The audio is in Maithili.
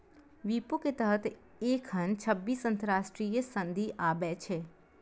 विपो के तहत एखन छब्बीस अंतरराष्ट्रीय संधि आबै छै